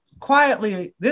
Quietly